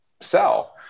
sell